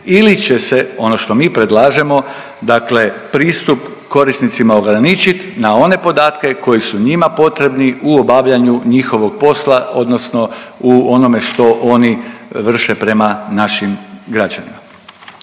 ili će se ono što mi predlažemo, dakle pristup korisnicima ograničit na one podatke koji su njima potrebni u obavljanju njihovog posla odnosno u onome što oni vrše prema našim građanima.